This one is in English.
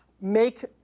make